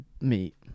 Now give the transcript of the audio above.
meet